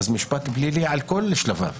אז משפט פלילי על כל שלביו.